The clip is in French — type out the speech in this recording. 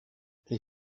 les